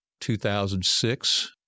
2006